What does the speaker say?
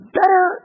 better